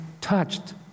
touched